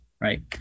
right